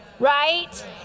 right